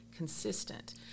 Consistent